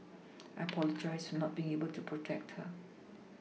I apologised for not being able to protect her